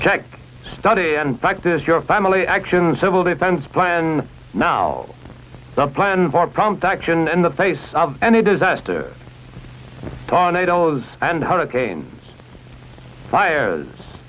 check study and practice your family action civil defense plan now some plan for prompt action in the face of any disaster taught idols and hurricane fire